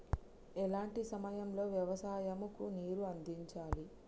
ఎలాంటి సమయం లో వ్యవసాయము కు నీరు అందించాలి?